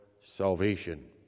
salvation